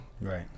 Right